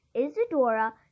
Isadora